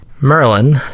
Merlin